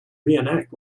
reenact